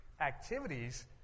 activities